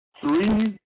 three